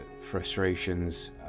frustrations